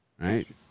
right